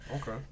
Okay